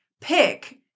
pick